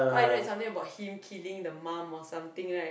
cause I know it's something about him killing the mom or something right